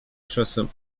krzesłem